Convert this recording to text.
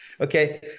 Okay